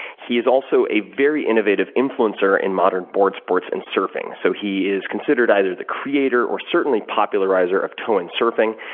he is also a very innovative influencer in modern board sports and surfing, so he is considered either the creator or certainly popularizer of tow-in surfing,